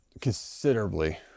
considerably